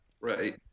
Right